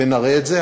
ונראה את זה.